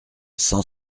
cent